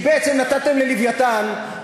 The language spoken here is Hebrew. כי בעצם נתתם ל"לווייתן",